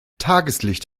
tageslicht